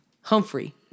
Humphrey